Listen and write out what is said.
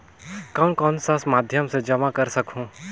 कौन कौन सा माध्यम से जमा कर सखहू?